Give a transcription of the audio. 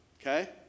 Okay